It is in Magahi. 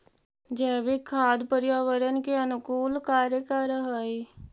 जैविक खाद पर्यावरण के अनुकूल कार्य कर हई